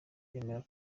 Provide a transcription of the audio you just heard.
bemera